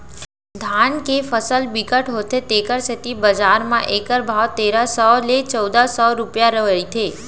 धान के फसल बिकट होथे तेखर सेती बजार म एखर भाव तेरा सव ले चउदा सव रूपिया रहिथे